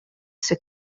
sue